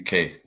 UK